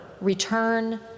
return